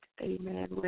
amen